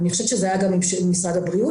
אני חושבת שדיברנו גם עם משרד הבריאות,